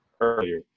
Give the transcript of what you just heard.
earlier